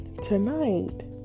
tonight